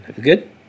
Good